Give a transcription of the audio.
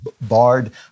barred